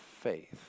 faith